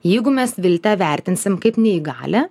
jeigu mes viltę vertinsim kaip neįgalią